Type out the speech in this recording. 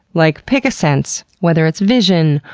like pick a sense, whether its vision,